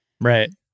Right